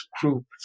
group